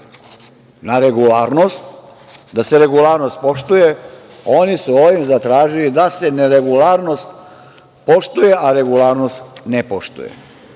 na regularnost, da se regularnost poštuje, oni su ovim zatražili da se neregularnost poštuje, a regularnost ne poštuje.